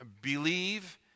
believe